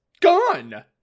gone